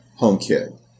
HomeKit